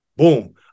boom